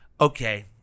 Okay